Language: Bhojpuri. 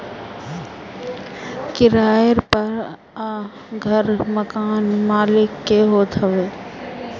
किराए पअ घर मकान मलिक के होत हवे